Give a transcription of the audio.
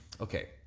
okay